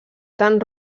tant